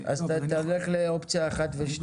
אז תלך לאופציה אחת או שתיים.